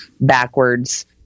backwards